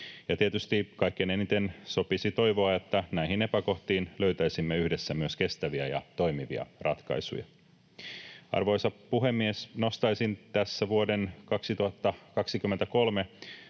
tietysti kaikkein eniten sopisi toivoa, että näihin epäkohtiin löytäisimme yhdessä myös kestäviä ja toimivia ratkaisuja. Arvoisa puhemies! Nostaisin tässä vuoden 2023